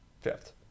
fifth